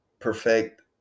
perfect